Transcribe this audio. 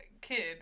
kid